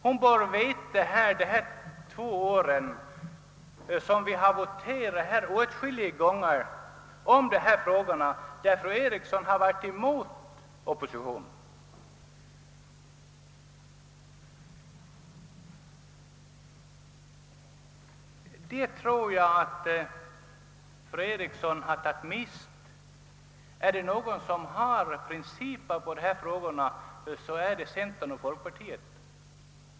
Vi har voterat åtskilliga gånger i dessa frågor, varvid fru Eriksson varit emot oppositionen. Hon bör alltså känna till vår inställning. Är det någon som har principer beträffande dessa frågor är det centerpartiet och folkpartiet.